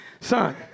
son